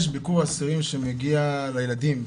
יש ביקור אסירים שמגיע לילדים,